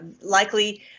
likely